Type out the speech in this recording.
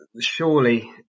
Surely